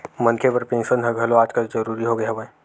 मनखे बर पेंसन ह घलो आजकल जरुरी होगे हवय